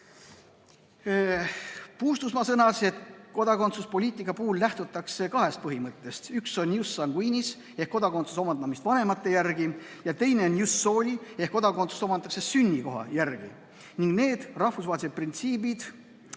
Mina sõnasin, et kodakondsuspoliitika puhul lähtutakse kahest põhimõttest: üks onius sanguinisehk kodakondsuse omandamine vanemate järgi, ja teine onius soliehk kodakondsus omandatakse sünnikoha järgi. Need rahvusvahelised printsiibid